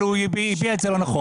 אבל הוא הביע את זה לא נכון.